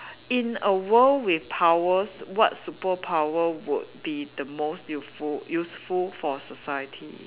in a world with powers what superpower would be the most useful for society